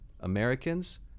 Americans